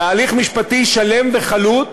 תהליך משפטי שלם וחלוט